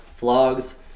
vlogs